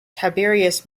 tiberius